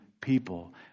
people